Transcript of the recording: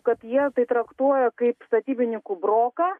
kad jie tai traktuoja kaip statybinykų broką